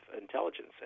intelligence